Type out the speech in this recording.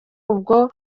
ubwo